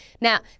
Now